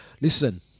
Listen